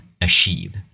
achieve